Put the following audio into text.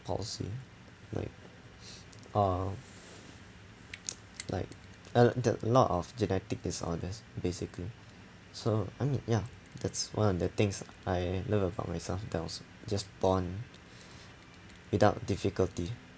palsy like uh like a the a lot of genetic disorders basically so I mean ya that's one of the things I love about myself that I was just born without difficulty